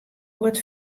wat